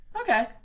Okay